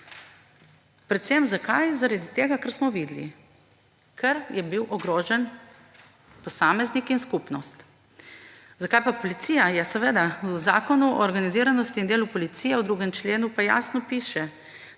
Predvsem zakaj? Zaradi tega, ker smo videli, ker je bil ogrožen posameznik in skupnost. Zakaj pa policija? Ja, seveda v Zakonu o organiziranosti in delu v policiji, v 2. členu, pa jasno piše,